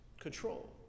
control